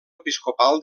episcopal